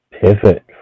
pivot